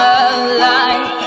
alive